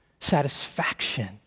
satisfaction